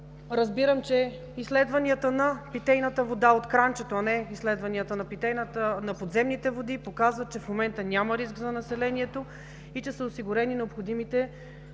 разбирам, че изследванията на питейната вода от кранчето, а не изследванията на подземните води, показват, че в момента няма риск за населението и че е осигурена необходимата